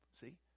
see